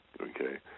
okay